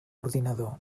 ordinador